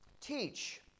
Teach